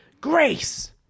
Grace